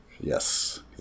Yes